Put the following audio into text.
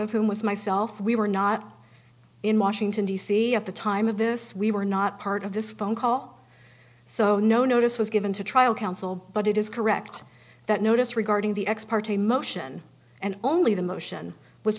of whom was myself we were not in washington d c at the time of this we were not part of this phone call so no notice was given to trial counsel but it is correct that notice regarding the ex parte motion and only the motion w